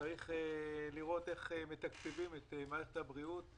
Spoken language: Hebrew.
צריך לראות, איך מתקצבים את מערכת הבריאות.